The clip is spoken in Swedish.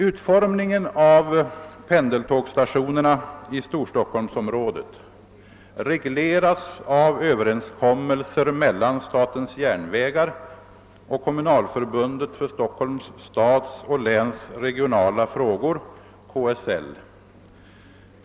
Utformningen av pendeltågsstationerna i Storstockholmsområdet regleras av överenskommelser mellan statens järnvägar och Kommunalförbundet för Stockholms stads och läns regionala frågor .